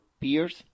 peers